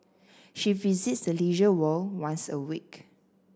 she visits the Leisure World once a week